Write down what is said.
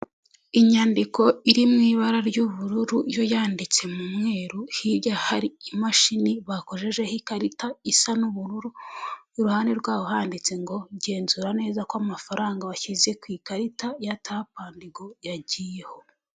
Inyandiko iri mu ibara ry'ubururu, yo yanyanditse mu mweru, hirya hari imashini bakojejeho ikarita isa n'ubururu, iruhande rwaho handitse ngo genzura neza ko amafaranga washyize ku ikarita ya tapu andi go, yagiyeho.